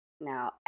Now